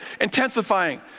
intensifying